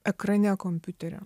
ekrane kompiuterio